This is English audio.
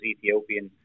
Ethiopian